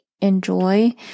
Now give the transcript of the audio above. enjoy